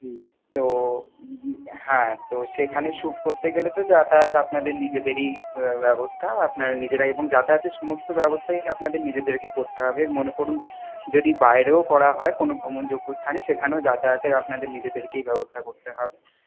হুম তো হ্যাঁ তো সেখানে শুট করতে গেলে তো যাতায়াত আপনাদের নিজেদেরই ব্যবস্থা আপনারা নিজেরাই এবং যাতায়াতের সমস্ত ব্যবস্থাই আপনাদের নিজেদেরকে করতে হবে মনে করুন যদি বাইরেও করা হয় কোনো ভ্রমণযোগ্য স্থানে সেখানেও যাতায়াতের আপনাদের নিজেদেরকেই ব্যবস্থা করতে হবে